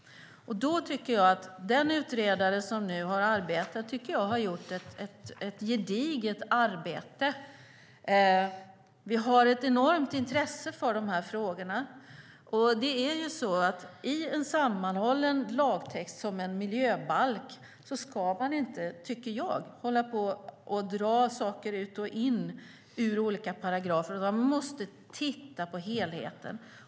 Jag tycker att den utredare som nu har arbetat har gjort ett gediget arbete. Vi har ett enormt intresse för dessa frågor. I en sammanhållen lagtext som en miljöbalk tycker inte jag att man ska hålla på och dra saker ut och in ur olika paragrafer, utan man måste titta på helheten.